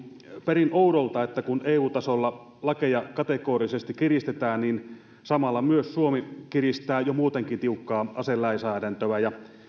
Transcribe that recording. perin oudolta että kun eu tasolla lakeja kategorisesti kiristetään niin samalla myös suomi kiristää jo muutenkin tiukkaa aselainsäädäntöään